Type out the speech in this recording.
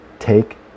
Take